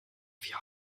vier